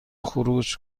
خروج